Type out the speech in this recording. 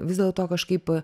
vis dėlto kažkaip